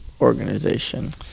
organization